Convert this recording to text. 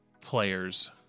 players